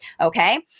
Okay